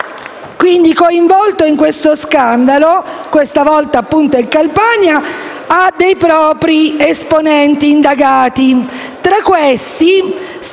Il PD, coinvolto in questo scandalo, questa volta in Campania, ha propri esponenti indagati,